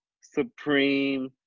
Supreme